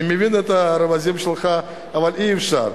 אני מבין את הרמזים שלך, אבל אי-אפשר.